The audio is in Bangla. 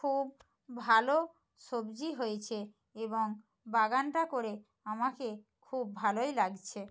খুব ভালো সবজি হয়েছে এবং বাগানটা করে আমাকে খুব ভালোই লাগছে